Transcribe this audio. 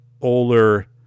older